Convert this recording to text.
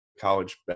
college